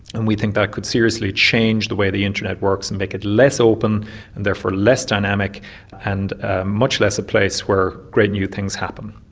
and we think that could seriously change the way the internet works and make it less open and therefore less dynamic and ah much less a place where great new things happen.